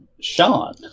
Sean